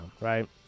right